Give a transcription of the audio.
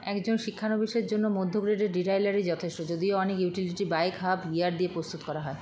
একজন শিক্ষানবিশের জন্য মধ্য গ্রেডের ডিরাইলারই যথেষ্ট যদিও অনেক ইউটিলিটি বাইক হাব গিয়ার দিয়ে প্রস্তুত করা হয়